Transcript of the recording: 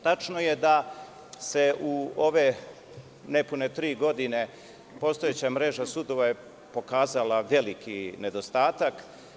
Tačno je da je u ove nepune tri godine postojeća mreža sudova pokazala veliki nedostatak.